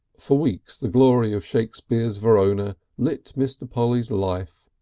for weeks the glory of shakespeare's verona lit mr. polly's life.